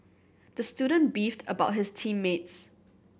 the student beefed about his team mates